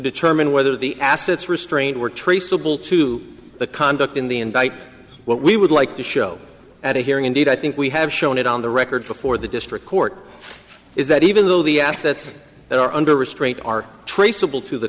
determine whether the assets restraint were traceable to the conduct in the indictment what we would like to show at a hearing indeed i think we have shown it on the record before the district court is that even though the assets that are under restraint are traceable to the